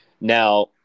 Now